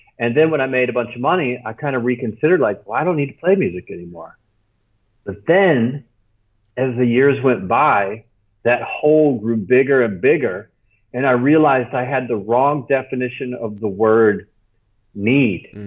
and then when i made a bunch of money i kind of reconsidered like i don't need to play music anymore, but then as the years went by that hole grew bigger and bigger and i realized i had the wrong definition of the word need.